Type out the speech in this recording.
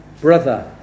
brother